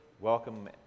Welcome